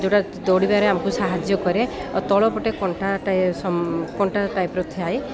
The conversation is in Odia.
ଯେଉଁଟା ଦୌଡ଼ିବାରେ ଆମକୁ ସାହାଯ୍ୟ କରେ ଆଉ ତଳ ପଟେ କଣ୍ଟା ଟାଏ କଣ୍ଟା ଟାଇପ୍ର ଥାଏ